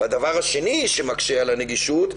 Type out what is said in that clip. הדבר השני שמקשה על הנגישות,